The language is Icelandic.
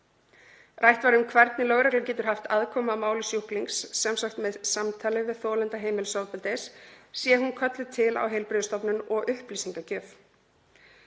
Rætt var um hvernig lögregla getur haft aðkomu að máli sjúklings, svo sem með samtali við þolanda heimilisofbeldis, sé hún kölluð til á heilbrigðisstofnun, og upplýsingagjöf.